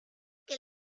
que